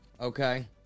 Okay